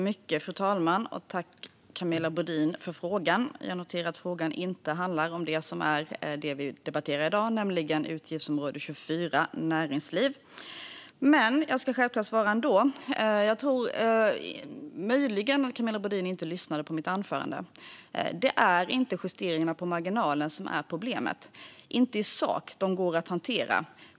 Fru talman! Jag tackar Camilla Brodin för frågan. Jag noterar att frågan inte handlar om det som vi debatterar i dag, nämligen utgiftsområde 24, näringsliv. Men jag ska självklart ändå svara. Jag tror att Camilla Brodin möjligen inte lyssnade på mitt anförande. Det är inte justeringarna på marginalen som är problemet, inte i sak. De går att hantera.